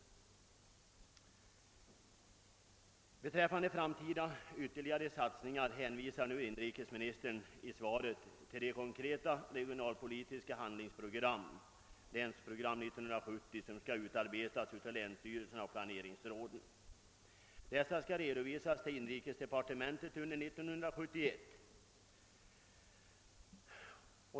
Beträffande framtida ytterligare satsningar hänvisar inrikesministern i svaret till de konkreta regionalpolitiska handlingsprogram — länsprogram 1970 — som skall utarbetas av länsstyrelserna och planeringsråden samt redovisas till inrikesdepartementet under år 1971.